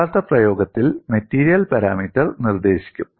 യഥാർത്ഥ പ്രയോഗത്തിൽ material parameter നിർദ്ദേശിക്കും